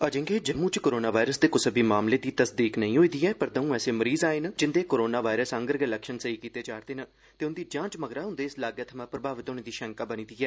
अजे के जम्मू च कोरोना वायरस दे कुसै बी मामलें दी पुष्टी नेई होई दी ऐ पर द'ऊं ऐसे मरीज आए न जिन्दे कोरोना वायरस आंडर दे लक्षण स्हेई कीते जा करदे न ते उन्दी जांच मगरा उन्दे इस लागै थवां प्रभावित होने दी शैंका बनी दी ऐ